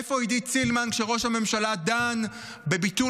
איפה עידית סילמן כשראש הממשלה דן בביטול